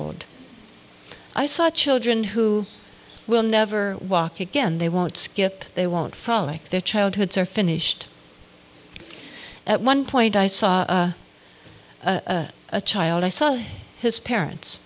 old i saw children who will never walk again they won't skip they won't frolic their childhoods are finished at one point i saw a child i saw his parents